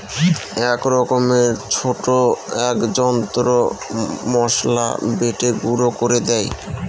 এক রকমের ছোট এক যন্ত্র মসলা বেটে গুঁড়ো করে দেয়